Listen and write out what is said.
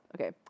Okay